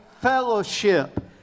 fellowship